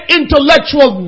intellectual